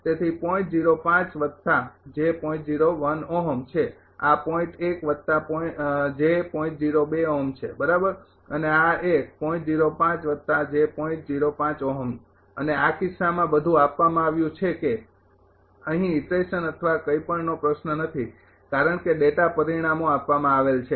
તેથી આ છે આ છે બરાબર અને આ એક અને અહીં આ કિસ્સામાં બધું આપવામાં આવ્યું છે કે અહીં ઈટરેશન અથવા કંઈપણનો પ્રશ્ન નથી કારણ કે ડેટા પરિણામો આપવામાં આવેલ છે